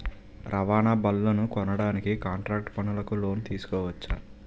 రవాణా బళ్లనుకొనడానికి కాంట్రాక్టు పనులకు లోను తీసుకోవచ్చు